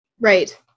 Right